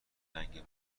رنگ